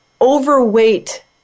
overweight